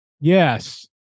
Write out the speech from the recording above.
Yes